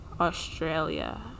Australia